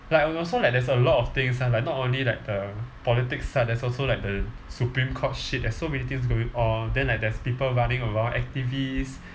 like and also like there's a lot of things [one] like not only like the politics side there's also like the supreme court shit there's so many things going on then like there's people running around activist